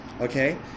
Okay